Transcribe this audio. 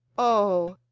oh!